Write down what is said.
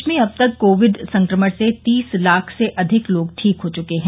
देश में अब तक कोविड संक्रमण से तीस लाख से अधिक लोग ठीक हो चुके हैं